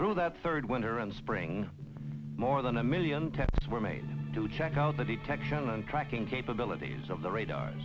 through that third winter and spring more than a million tests were made to check out the detection and tracking capabilities of the radar